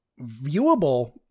viewable